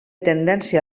tendència